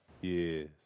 Yes